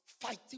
fighting